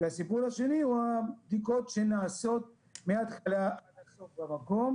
והסיפור השני הוא הבדיקות שנעשות מהתחלה עד הסוף במקום